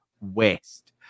West